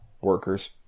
workers